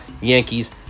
yankees